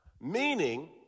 Meaning